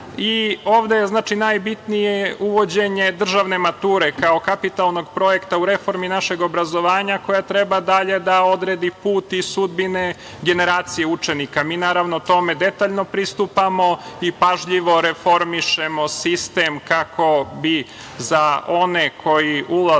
ovde je najbitnije uvođenje državne mature kao kapitalnog projekta u reformi našeg obrazovanja, koja treba dalje da odredi put i sudbine generacije učenika. Naravno, mi tome detaljno pristupamo i pažljivo reformišemo sistem, kako bi za one koji ulaze